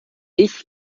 ich